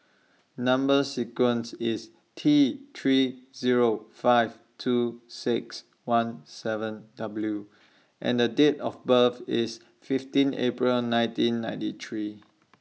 Number sequence IS T three Zero five two six one seven W and The Date of birth IS fifteen April nineteen ninety three